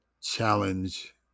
challenge